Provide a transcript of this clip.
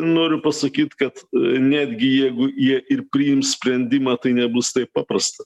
noriu pasakyt kad netgi jeigu jie ir priims sprendimą tai nebus taip paprasta